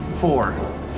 Four